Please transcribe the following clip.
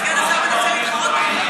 לא שומע.